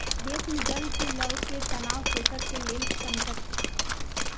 देश मे जल के लअ के तनाव कृषक के लेल संकट अछि